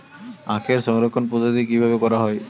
আখের সংরক্ষণ পদ্ধতি কিভাবে করা হয়?